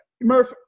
Murph